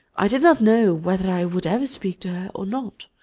i did not know whether i would ever speak to her or not